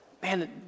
Man